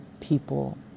people